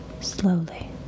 slowly